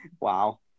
Wow